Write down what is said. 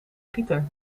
gieter